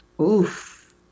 Oof